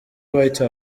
white